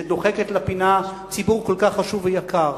שדוחקת לפינה ציבור כל כך חשוב ויקר,